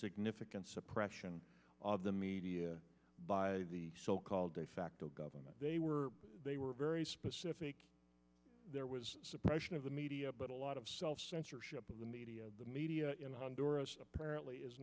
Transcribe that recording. significant suppression of the media by the so called de facto government they were they were very specific there was suppression of the media but a lot of self censorship in the media the media in honduras apparently is